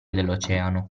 dell’oceano